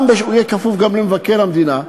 הוא יהיה כפוף גם למבקר המדינה,